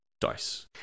dice